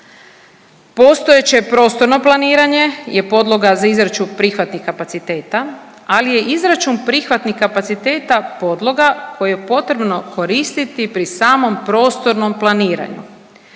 Postojeće prostorno planiranje je podloga za izračun prihvatnih kapaciteta, ali je izračun prihvatnih kapaciteta podloga koju je potrebno koristiti pri samom prostornom planiranju,